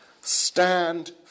Stand